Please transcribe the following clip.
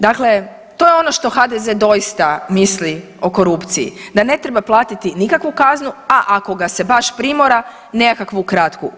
Dakle, to je ono što HDZ doista misli o korupciji, da ne treba platiti nikakvu kaznu, a ako ga se baš primora, nekakvu kratku.